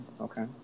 okay